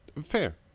Fair